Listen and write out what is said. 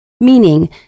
meaning